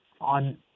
on